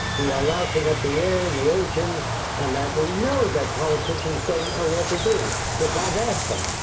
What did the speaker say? we are lousing up the air, the oceans and that. we know that politicians don't know what to do, cause i've asked them.